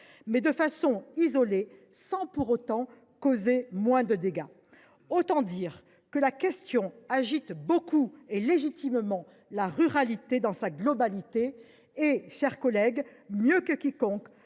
mais de façon isolée, sans pour autant causer moins de dégâts. Autant dire que la question agite fortement et légitimement la ruralité dans son ensemble. Mes chers collègues, en tant que